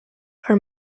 are